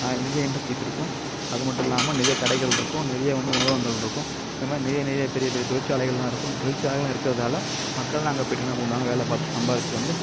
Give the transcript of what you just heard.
நிறைய இண்டஸ்ட்ரீஸ் இருக்கும் அது மட்டும் இல்லாமல் நிறைய கடைகள் இருக்கும் நிறைய வந்து உணவகங்கள் இருக்கும் இது மாதிரி நிறைய நிறைய பெரிய பெரிய தொழிற்சாலைகளெலாம் இருக்கும் தொழிற்சாலைகளெலாம் இருக்கிறதால மக்களெலாம் அங்கே போய்ட்டு என்ன பண்ணுவாங்க வேலை பார்த்து சம்பாதிச்சிட்டு வந்து